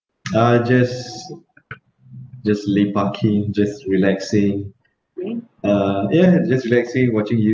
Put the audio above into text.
ah just just lepaking just relaxing uh ya just relaxing watching